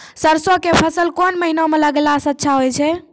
सरसों के फसल कोन महिना म लगैला सऽ अच्छा होय छै?